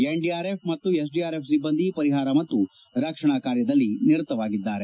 NDRF ಮತ್ತು SDRF ಸಿಬ್ಬಂದಿ ಪರಿಹಾರ ಮತ್ತು ರಕ್ಷಣಾ ಕಾರ್ಯಗಳಲ್ಲಿ ನಿರತವಾಗಿದ್ದಾರೆ